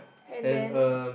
and then